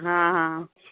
हा हा